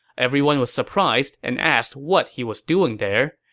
everyone was surprised and asked what he was doing there.